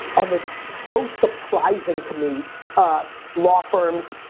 and it's so surprising to me um law firms,